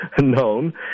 known